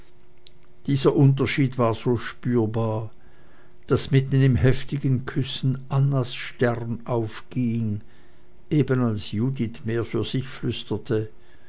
dieser unterschied war so spürbar daß mitten im heftigen küssen annas stern aufging eben als judith mehr wie für sich flüsterte